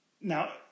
Now